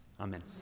Amen